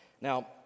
Now